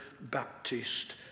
baptist